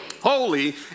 holy